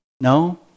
No